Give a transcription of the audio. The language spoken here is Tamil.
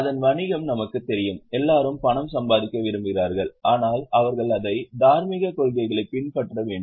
அதன் வணிகம் நமக்கு தெரியும் எல்லோரும் பணம் சம்பாதிக்க விரும்புகிறார்கள் ஆனால் அவர்கள் அதை தார்மீகக் கொள்கைகளைப் பின்பற்ற வேண்டும்